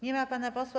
Nie ma pana posła.